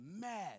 mad